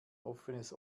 offenes